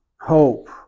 hope